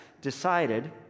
decided